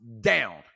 down